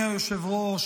היושב-ראש,